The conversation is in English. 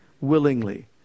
willingly